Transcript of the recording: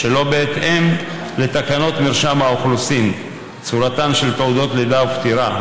ושלא בהתאם לתקנות מרשם האוכלוסין (צורתן של תעודות לידה ופטירה),